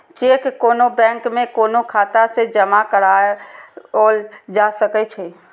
cheque कोनो bank में कोनो खाता मे जमा कराओल जा सकै छै